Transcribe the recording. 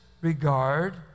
regard